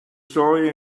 story